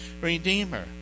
redeemer